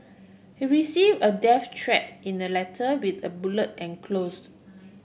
he receive a death threat in a letter with a bullet enclosed